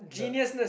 the